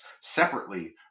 separately